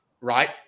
right